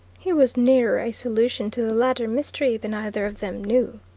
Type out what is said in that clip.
he was nearer a solution to the latter mystery than either of them knew.